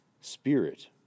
Spirit